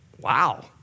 Wow